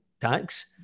tax